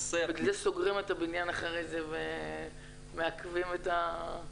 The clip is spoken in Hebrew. סוגרים את הבניין אחרי זה ומעכבים את ה...